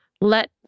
let